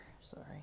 sorry